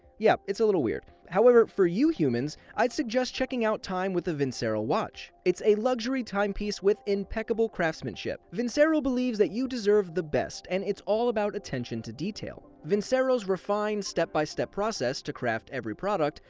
yeah, it's a little weird. however for you humans i'd suggest checking out time with a vincero watch. it's a luxury timepiece with impeccable craftsmanship. vincero believes that you deserve the best and is all about attention to detail. vincero's refined step-by-step process to craft every product,